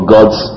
God's